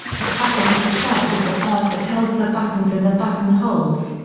the placket of the shirt is the part that holds the buttons and the button holes.